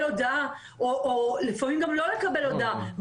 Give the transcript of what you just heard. הודעה או לפעמים גם לא לקבל הודעה,